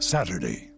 Saturday